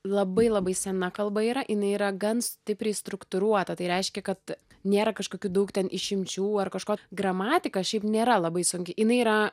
labai labai sena kalba yra jinai yra gan stipriai struktūruota tai reiškia kad nėra kažkokių daug ten išimčių ar kažko gramatika šiaip nėra labai sunki jinai yra